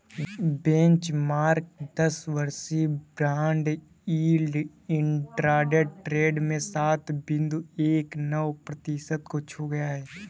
benchmark दस वर्षीय bond yield intraday trade में सात बिंदु एक नौ प्रतिशत को छू गया